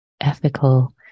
ethical